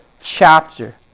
chapter